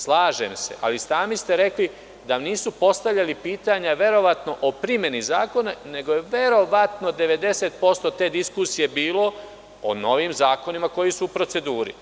Slažem se, ali i sami ste rekli da vam nisu postavljali pitanja verovatno o primeni zakona, nego je verovatno 90% te diskusije bilo o novim zakonima koji su u proceduri.